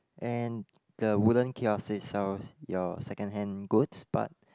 and the wooden kiosk it sells your second hand goods but